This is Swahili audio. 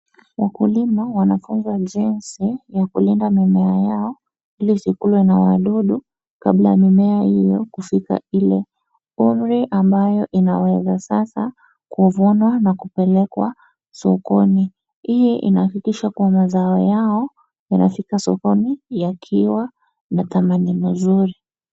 Wakulima wanafunzwa jinsi ya kulinda mimea yao ili isikulwe na wadudu kabla mimea hiyo kufika ile umri ambayo inaweza . Sasa huvunwa na kupelekwa sokoni hii inahakikisha kuwa mazao yao inafika sokoni na yakiwa na dhamani mzuri.